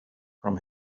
from